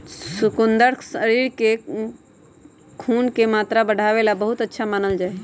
शकुन्दर शरीर में खून के मात्रा बढ़ावे ला बहुत अच्छा मानल जाहई